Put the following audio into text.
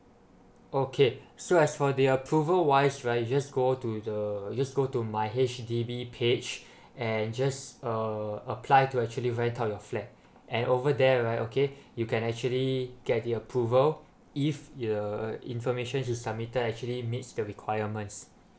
okay so as for the approval wise right you just go to the you just go to my H_D_B page and just uh apply to actually rent out your flat and over there right okay you can actually get the approval if your information you submitted actually meets the requirements